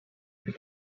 plus